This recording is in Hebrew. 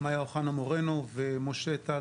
מיה אוחנה מורנו ומשה טל,